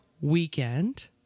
weekend